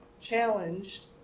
challenged